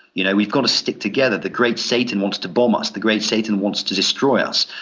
you know we've got to stick together. the great satan wants to bomb us. the great satan wants to destroy us.